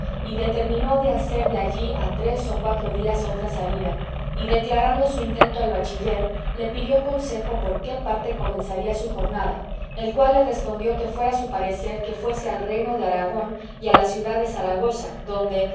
y determinó de hacer de allí a tres o cuatro días otra salida y declarando su intento al bachiller le pidió consejo por qué parte comenzaría su jornada el cual le respondió que era su parecer que fuese al reino de aragón y a la ciudad de zaragoza adonde